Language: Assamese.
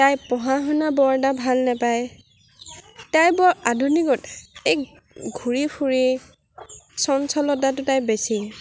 তাই পঢ়া শুনা বৰ এটা ভাল নেপায় তাই বৰ আধুনিকতা এই ঘূৰি ফুৰি চঞ্চলতাটো তাইৰ বেছি